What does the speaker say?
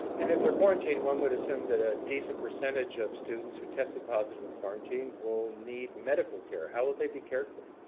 and if they're quarantined, one would assume a ah decent percentage of students who tested positive in quarantine will need medical care. how will they be cared for?